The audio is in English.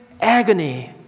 agony